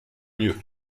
mieux